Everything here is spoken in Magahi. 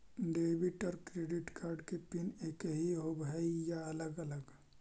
डेबिट और क्रेडिट कार्ड के पिन एकही होव हइ या अलग अलग?